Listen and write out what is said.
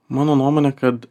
mano nuomone kad